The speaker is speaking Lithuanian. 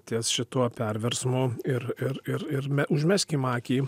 ties šituo perversmu ir ir ir ir užmeskim akį